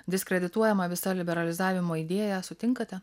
diskredituojama visa liberalizavimo idėja sutinkate